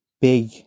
big